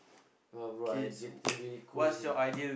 no bro I getting really cold here